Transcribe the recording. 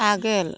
आगोल